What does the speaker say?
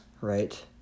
right